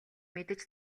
мэдэж